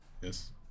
yes